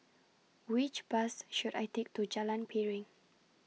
Which Bus should I Take to Jalan Piring